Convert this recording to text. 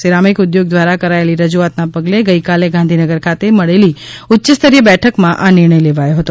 ceramic ઉદ્યોગ ધ્વારા કરાયેલી રજુઆતના પગલે ગઇકાલે ગાંધીનગર ખાતે મળેલી ઉચ્યસ્તરીય બેઠકમાં આ નિર્ણય લેવાયો હતો